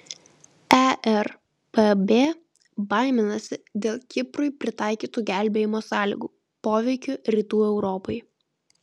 erpb baiminasi dėl kiprui pritaikytų gelbėjimo sąlygų poveikio rytų europai